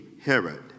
Herod